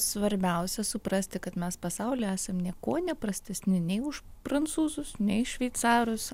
svarbiausia suprasti kad mes pasauly esam niekuo neprastesni nei už prancūzus nei šveicarus